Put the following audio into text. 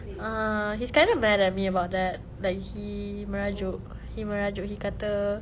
uh he's kinda mad at me about that like merajuk he merajuk he kata